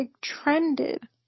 trended